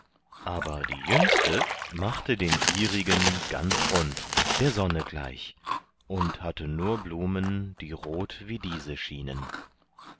aber die jüngste machte den ihrigen ganz rund der sonne gleich und hatte nur blumen die rot wie diese schienen